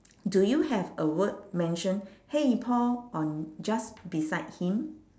do you have a word !hey! paul on just beside him